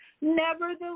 Nevertheless